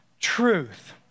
truth